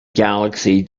galaxy